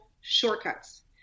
shortcuts